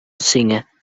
singer